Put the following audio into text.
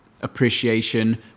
appreciation